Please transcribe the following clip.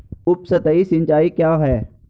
उपसतही सिंचाई क्या है?